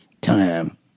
Time